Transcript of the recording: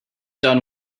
done